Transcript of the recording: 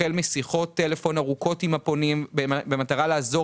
החל משיחות טלפון ארוכות עם הפונים במטרה לעזור